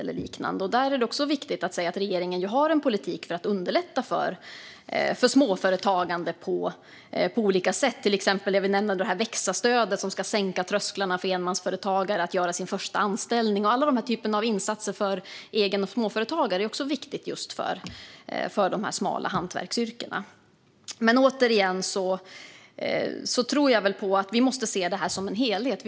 Jag vill därför understryka att regeringen har en politik för att underlätta för småföretagande. Till exempel finns växa-stödet, som ska sänka trösklarna för enmansföretagare att göra sin första anställning. Alla insatser för egen och småföretagare är viktiga också för dessa smala hantverksyrken. Vi måste se det som en helhet.